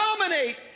dominate